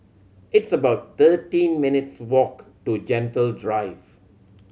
it's about thirteen minutes' walk to Gentle Drive